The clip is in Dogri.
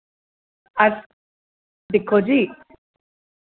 अस दिक्खो जी